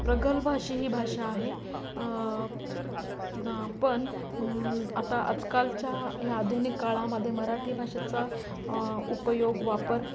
प्रग्लभ अशी ही भाषा आहे पण आता आजकालच्या या आधुनिक काळामध्ये मराठी भाषेचा उपयोग वापर